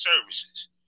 services